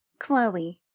chloe.